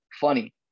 funny